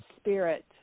spirit